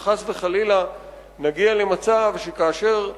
אם חס וחלילה נגיע למצב שכאשר